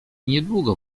niedługo